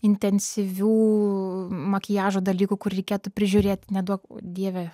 intensyvių makiažo dalykų kur reikėtų prižiūrėti neduok dieve